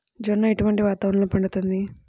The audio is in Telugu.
జొన్న ఎటువంటి వాతావరణంలో పండుతుంది?